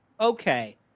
Okay